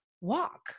walk